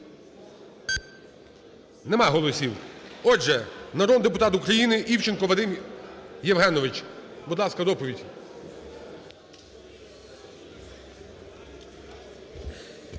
Нема голосів. Отже, народний депутат України Івченко Вадим Євгенович. Будь ласка, доповідь.